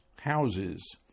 houses